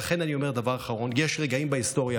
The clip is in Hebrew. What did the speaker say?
לכן אני אומר דבר אחרון: יש רגעים בהיסטוריה,